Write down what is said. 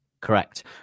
Correct